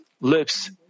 lips